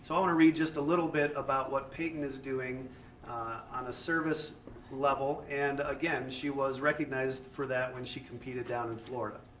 so want to read just a little bit about what peyton is doing on a service level and again she was recognized for that when she competed down in florida.